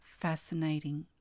fascinating